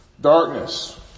Darkness